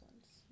ones